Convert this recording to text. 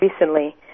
recently